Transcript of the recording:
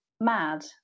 mad